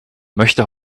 möchte